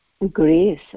grace